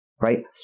right